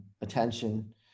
attention